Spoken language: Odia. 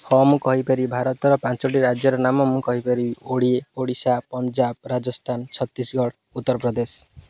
ହଁ ମୁଁ କହିପାରିବି ଭାରତର ପାଞ୍ଚଟି ରାଜ୍ୟର ନାମ ମୁଁ କହିପାରିବି ଓଡ଼ିଶା ପଞ୍ଜାବ ରାଜସ୍ଥାନ ଛତିଶଗଡ଼ ଉତ୍ତରପ୍ରଦେଶ